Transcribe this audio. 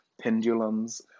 pendulums